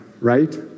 Right